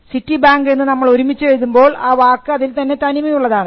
city bank എന്ന് നമ്മൾ ഒരുമിച്ച് എഴുതുമ്പോൾ ആ വാക്ക് അതിൽ തന്നെ തനിമ ഉള്ളതാണ്